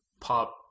pop